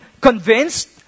convinced